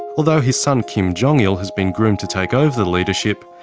although his son kim jong-il has been groomed to take over the leadership,